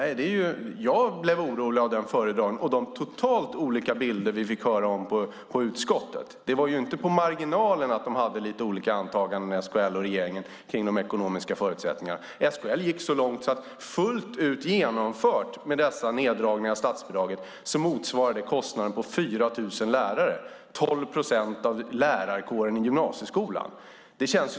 Jag blev dock orolig av SKL:s föredragning och de totalt olika bilder vi fick höra om i utskottet. Skillnaderna mellan SKL och regeringen i synen på de ekonomiska förutsättningarna gällde inte bara något på marginalen. SKL gick så långt som att säga att fullt ut genomförda skulle neddragningarna av statsbidraget motsvara kostnaden för 4 000 lärare, alltså 12 procent av lärarkåren i gymnasieskolan.